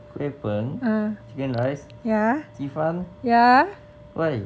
kway peng chicken rice 鸡饭 why